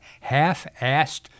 half-assed